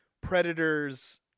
Predator's